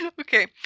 Okay